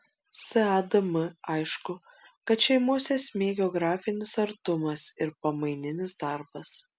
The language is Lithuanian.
sadm aišku kad šeimos esmė geografinis artumas ir pamaininis darbas